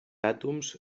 àtoms